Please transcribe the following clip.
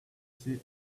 see